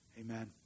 Amen